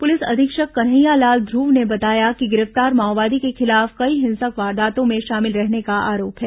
police अधीक्षक कन्हैया लाल धुव ने बताया कि गिरफ्तार माओवादी के खिलाफ कई हिंसक वारदातों में शामिल रहने का आरोप है